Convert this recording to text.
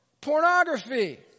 pornography